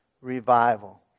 revival